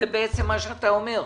זה בעצם מה שאתה אומר.